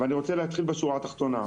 אני רוצה להתחיל מהשורה התחתונה,